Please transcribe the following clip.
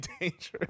dangerous